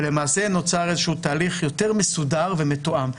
ולמעשה נוצר איזשהו תהליך יותר מסודר ומתואם.